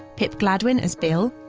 pip gladwin as bill,